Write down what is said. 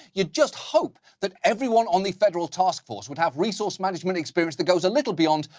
you just hope that everyone on the federal task force would have resource-management experience that goes a little beyond,